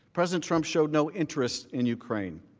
president trump showed no interest in ukraine.